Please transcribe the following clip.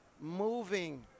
moving